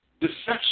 deception